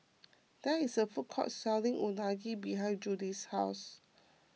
there is a food court selling Unagi behind Judie's house